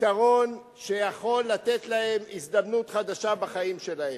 פתרון שיכול לתת להם הזדמנות חדשה בחיים שלהם.